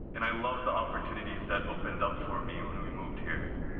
and i love the opportunities that opened up for me when and we moved here.